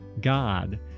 God